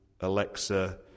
Alexa